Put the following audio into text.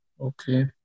Okay